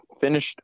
finished